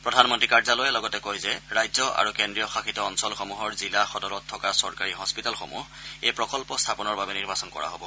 প্ৰধানমন্ৰী কাৰ্যালয়ে লগতে কয় যে ৰাজ্য আৰু কেন্দ্ৰীয় শাসিত অঞ্চলসমূহৰ জিলা সদৰত থকা চৰকাৰী হস্পিতালসমূহ এই প্ৰকল্প স্থাপনৰ বাবে নিৰ্বাচন কৰা হব